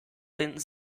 finden